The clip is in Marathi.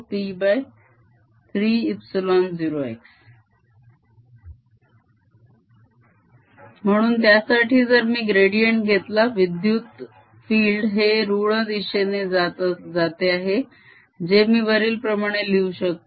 VrP30xCP30rsinθcosϕC14π0Psincosϕ।r R।ds म्हणून त्यासाठी जर मी gradient घेतला विद्युत field हे ऋण दिशेने जाते आहे जे मी वरील प्रमाणे लिहू शकतो